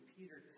Peter